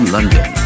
London